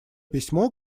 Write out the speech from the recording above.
письмо